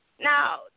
Now